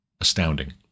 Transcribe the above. astounding